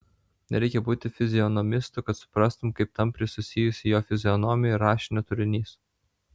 nereikia būti fizionomistu kad suprastum kaip tampriai susijusi jo fizionomija ir rašinio turinys